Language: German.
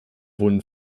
wurden